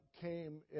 came